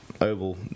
oval